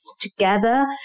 together